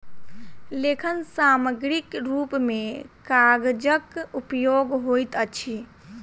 लेखन सामग्रीक रूप मे कागजक उपयोग होइत अछि